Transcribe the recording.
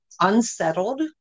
unsettled